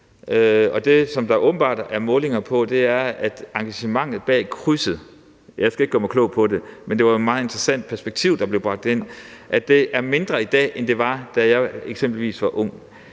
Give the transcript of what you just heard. som der åbenbart er målinger på, er, at engagementet bag krydset – jeg skal ikke gøre mig klog på det, men det var et meget interessant perspektiv, der blev bragt ind – er mindre i dag, end den var, da eksempelvis jeg var ung.